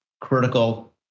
critical